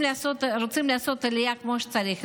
רוצים לעשות עלייה כמו שצריך,